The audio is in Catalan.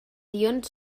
ions